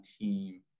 team